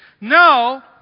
No